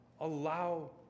allow